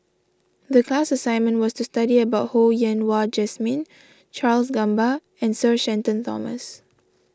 the class assignment was to study about Ho Yen Wah Jesmine Charles Gamba and Sir Shenton Thomas